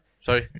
Sorry